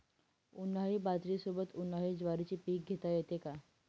उन्हाळी बाजरीसोबत, उन्हाळी ज्वारीचे पीक घेता येते का?